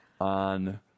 on